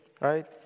right